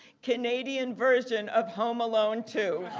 canadian version of home alone too.